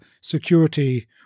security